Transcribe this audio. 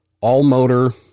all-motor